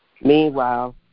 Meanwhile